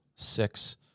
Six